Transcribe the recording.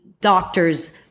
doctors